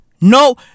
No